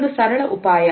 ಇದೊಂದು ಸರಳ ಉಪಾಯ